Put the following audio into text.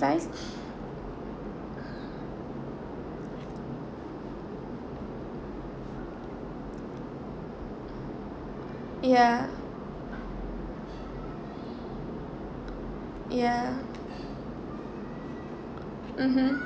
~cised ya ya mmhmm